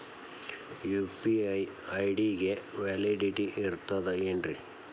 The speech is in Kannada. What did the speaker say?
ಯು.ಪಿ.ಐ ಐ.ಡಿ ಗೆ ವ್ಯಾಲಿಡಿಟಿ ಇರತದ ಏನ್ರಿ?